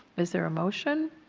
is there a motion?